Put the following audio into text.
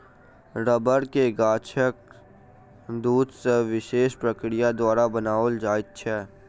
रबड़ के गाछक दूध सॅ विशेष प्रक्रिया द्वारा बनाओल जाइत छै